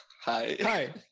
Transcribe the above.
Hi